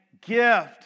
gift